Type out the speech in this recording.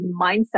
mindset